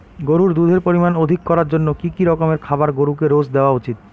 গরুর দুধের পরিমান অধিক করার জন্য কি কি রকমের খাবার গরুকে রোজ দেওয়া উচিৎ?